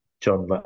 John